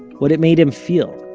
what it made him feel.